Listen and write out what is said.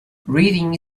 reading